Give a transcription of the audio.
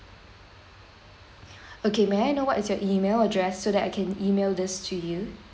okay may I know what is your email address so that I can email this to you